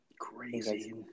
Crazy